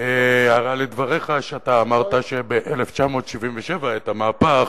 הערה לדבריך, שאתה אמרת שב-1977 היה המהפך,